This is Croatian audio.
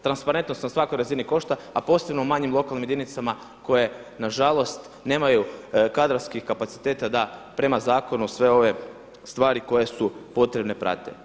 Transparentnost na svakoj razini košta, a posebno u manjim lokalnim jedinicama koje na žalost nemaju kadrovskih kapaciteta da prema zakonu sve ove stvari koje su potrebne prate.